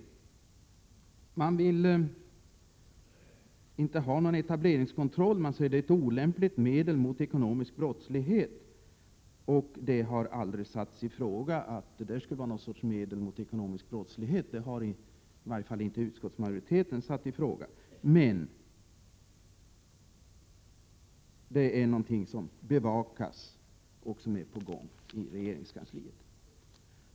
Reservanterna vill inte ha någon etableringskontroll, därför att det är ”ett olämpligt medel mot ekonomisk brottslighet”. Det har aldrig förutsatts att etableringskontroll skulle vara något medel mot ekonomisk brottslighet — det har i varje fall inte utskottsmajoriteten gjort. Den frågan bevakas inom regeringskansliet.